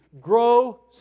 grow